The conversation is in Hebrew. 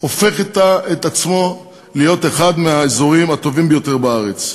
הופך את עצמו להיות אחד מהאזורים הטובים ביותר בארץ.